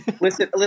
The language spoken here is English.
Listen